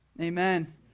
Amen